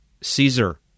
Caesar